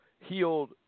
healed